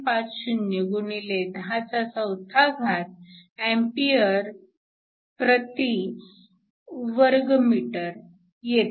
50 x 104 Am 2 येते